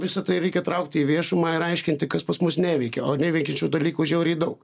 visa tai reikia traukti į viešumą ir aiškinti kas pas mus neveikia o neveikiančių dalykų žiauriai daug